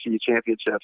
Championships